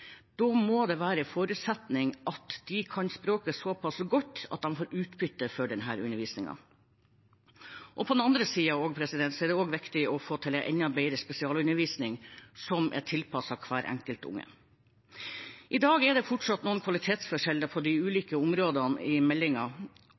Da må det være en forutsetning at de kan språket såpass godt at de får utbytte av undervisningen. På den andre siden er det også viktig å få til en enda bedre spesialundervisning, som er tilpasset hvert enkelt barn. I dag er det fortsatt noen kvalitetsforskjeller på de